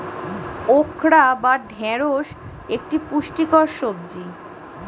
okra বা ঢ্যাঁড়স একটি পুষ্টিকর সবজি